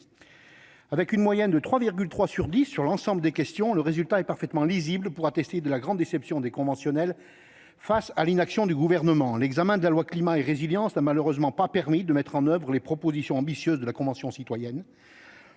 Avec une moyenne de 3,3 sur 10 pour l'ensemble des questions, le résultat est parfaitement lisible : il atteste de la grande déception des conventionnels face à l'inaction du Gouvernement. L'examen du projet de loi Climat et résilience n'a malheureusement pas permis de mettre en oeuvre les propositions ambitieuses de la Convention citoyenne